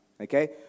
Okay